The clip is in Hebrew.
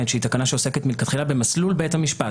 שהיא תקנה שעוסקת מלכתחילה במסלול בית המשפט.